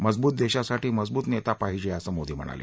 मजबूत देशासाठी मजबूत नेता पाहिजे असं मोदी म्हणाले